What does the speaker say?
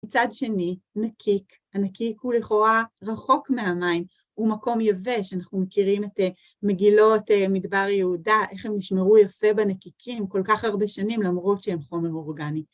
מצד שני, נקיק. הנקיק הוא לכאורה רחוק מהמים, הוא מקום יבש, אנחנו מכירים את מגילות מדבר יהודה, איך הם נשמרו יפה בנקיקים כל כך הרבה שנים למרות שהם חומר אורגני.